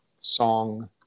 song